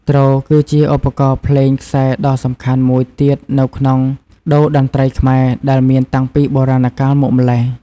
ទ្រ គឺជាឧបករណ៍ភ្លេងខ្សែដ៏សំខាន់មួយទៀតនៅក្នុងតូរ្យតន្ត្រីខ្មែរ ដែលមានតាំងពីបុរាណកាលមកម្ល៉េះ។